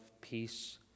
peace